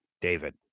David